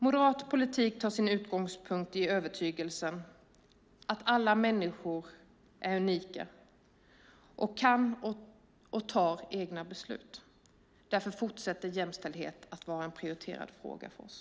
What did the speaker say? Moderat politik tar sin utgångspunkt i övertygelsen att alla människor är unika och kan ta egna beslut. Därför fortsätter jämställdheten att vara en prioriterad fråga för oss.